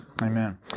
Amen